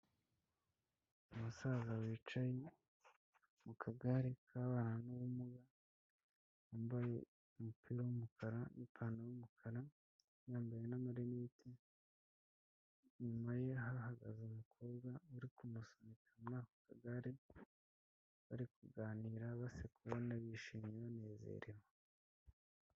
Umusaza wicaye mu kagare k'ababana n'ubumuga wambaye umupira w'umukara, n'ipantaro y'umukara yambaye n'amaneti inyuma ye hahagaze umukobwa bari kumusunika muri aka kagare bari kuganira bose uri kubona ko bishimye banezerewe.